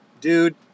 Dude